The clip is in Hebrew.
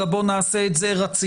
אלא בואו נעשה את זה רציף,